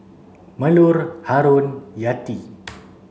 Melur Haron Yati